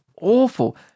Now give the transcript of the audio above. awful